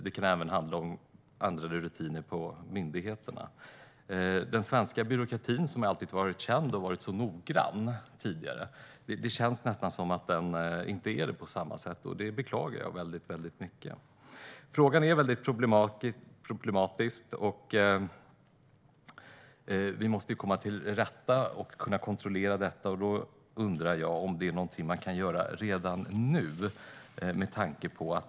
Det kan även handla om ändrade rutiner hos myndigheterna. Den svenska byråkratin har tidigare alltid varit känd för att vara så noggrann. Det känns nästan som att den inte är det längre på samma sätt, och det beklagar jag väldigt starkt. Frågan är väldigt problematisk. Vi måste komma till rätta med detta och kunna kontrollera det. Jag undrar om det finns någonting som kan göras redan nu.